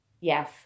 yes